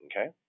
Okay